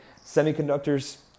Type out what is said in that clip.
semiconductors